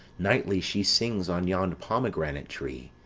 nightly she sings on yond pomegranate tree.